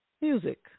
music